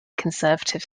conservative